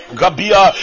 gabia